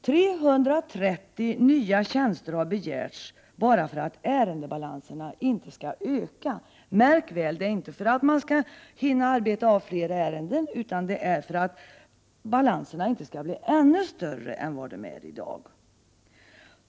330 nya tjänster har begärts bara för att ärendebalanserna inte skall öka. Märk väl, det är inte för att man skall hinna arbeta av fler ärenden utan för att balanserna inte skall bli ännu större än vad de är i dag!